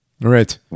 right